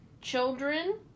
children